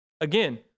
Again